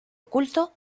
oculto